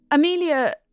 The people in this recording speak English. Amelia